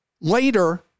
later